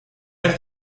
этот